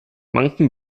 banken